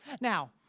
Now